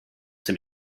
dem